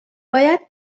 باید